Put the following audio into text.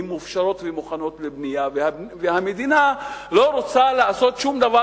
הן מופשרות ומוכנות לבנייה והמדינה לא רוצה לעשות שום דבר